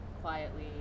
quietly